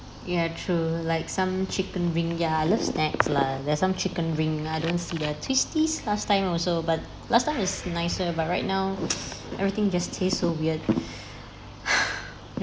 ya true like some chicken wing ya I love snacks lah there's some chicken wing I don't see that twisties last time also but last time is nicer but right now everything just tastes so weird